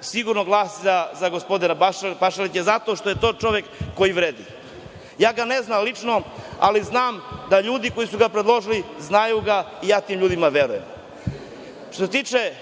Sigurno ću glasati za gospodina Pašalića zato što je to čovek koji vredi. Ne znam ga lično ali znam da ljudi koji su ga predložili znaju ga i ja tim ljudima verujem. Što se tiče